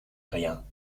rien